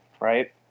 right